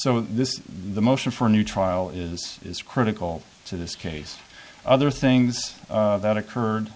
so this the motion for new trial is critical to this case other things that occurred